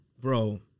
bro